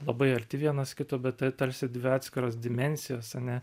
labai arti vienas kito bet tai tarsi dvi atskiros dimensijos ane